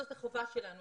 זאת החובה שלנו.